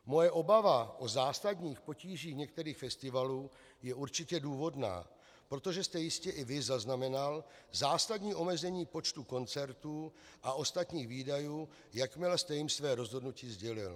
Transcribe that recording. Moje obava o zásadních potížích některých festivalů je určitě důvodná, protože jste jistě i vy zaznamenal zásadní omezení počtu koncertů a ostatních výdajů, jakmile jste jim své rozhodnutí sdělil.